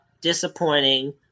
disappointing